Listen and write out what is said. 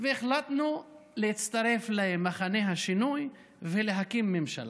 והחלטנו להצטרף למחנה השינוי ולהקים ממשלה.